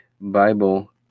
Bible